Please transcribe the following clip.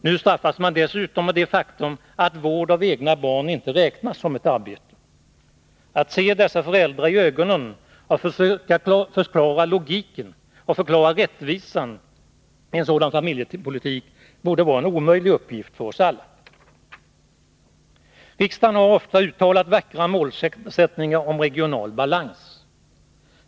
Nu straffas man dessutom av det faktum att vård av egna barn inte räknas som ett arbete. Att se dessa föräldrar i ögonen och försöka förklara logiken och rättvisan i en sådan familjepolitik borde vara en omöjlig uppgift för oss alla. Riksdagen har ofta uttalat vackra målsättningar om regional balans.